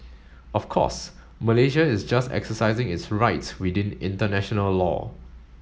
of course Malaysia is just exercising its rights within international law